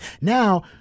now